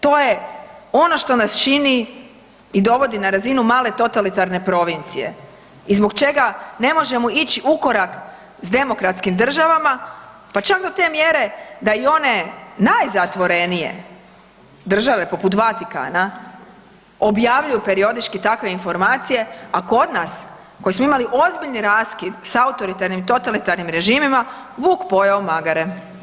To je ono što nas čini i dovodi na razinu male totalitarne provincije i zbog čega ne možemo ići ukorak s demokratskim državama, pa čak do te mjere da i one najzatvorenije države poput Vatikana objavljuju periodički takve informacije, a kod nas, koji smo imali ozbiljni raskid s autoritarnim totalitarnim režimima, vuk pojeo magare.